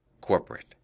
corporate